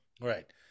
Right